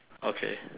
okay